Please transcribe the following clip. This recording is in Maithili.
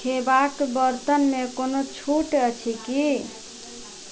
खेबाक बरतनमे कोनो छुट अछि की